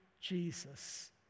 Jesus